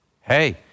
Hey